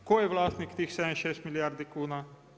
Tko je vlasnik tih 76 milijardi kuna?